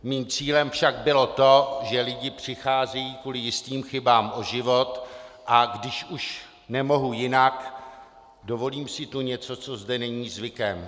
Mým cílem však bylo to, že lidé přicházejí kvůli jistým chybám o život, a když už nemohu jinak, dovolím si tu něco, co zde není zvykem.